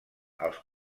els